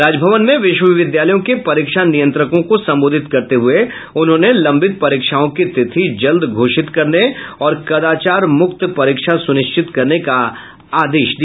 राजभवन में विश्वविद्यालयों के परीक्षा नियंत्रकों को संबोधित करते हुये उन्होंने लंबित परीक्षाओं की तिथि जल्द ही घोषित करने और कदाचारमुक्त परीक्षा सुनिश्चित करने का आदेश दिया